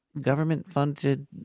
government-funded